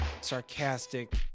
sarcastic